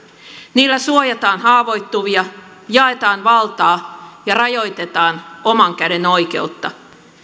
niillä suojataan haavoittuvia jaetaan valtaa ja rajoitetaan oman käden oikeutta